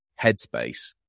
headspace